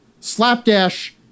Slapdash